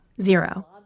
Zero